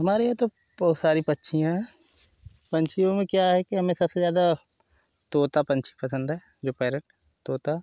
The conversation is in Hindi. हमारे यहाँ तो बहुत सारे पक्षियाँ पक्षियाँ में क्या है कि हमें सबसे ज्यादा तोता पक्षी पसंद है जो पैरेट तोता